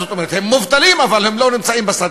זאת אומרת, הם מובטלים אבל לא נמצאים בסטטיסטיקה.